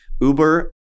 Uber